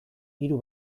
hiru